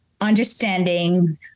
understanding